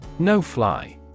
No-fly